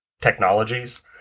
technologies